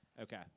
Okay